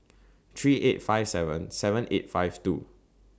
three eight five seven seven eight five two